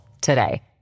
today